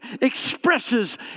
expresses